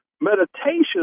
meditation